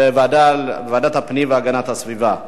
לוועדת הפנים והגנת הסביבה נתקבלה.